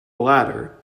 latter